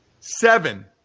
seven